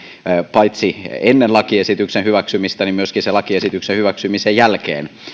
paitsi ennen lakiesityksen hyväksymistä niin myöskin lakiesityksen hyväksymisen jälkeen